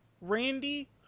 Randy